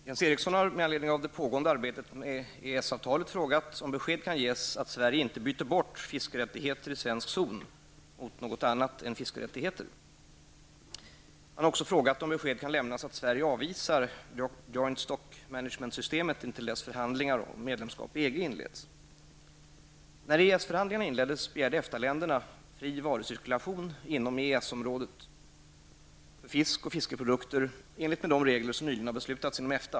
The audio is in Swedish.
Herr talman! Jens Eriksson har med anledning av det pågående arbetet med ett EES-avtal frågat om besked kan ges att Sverige inte byter bort fiskerättigheter i svensk zon mot något annat än fiskerättigheter. Jens Eriksson har även frågat om besked kan lämnas att Sverige avvisar joint-stockmanagement-systemet intill dess förhandlingar om medlemskap i EG inleds. länderna fri varucirkulation inom EES-området för fisk och fiskeprodukter i enlighet med de regler som nyligen beslutats inom EFTA.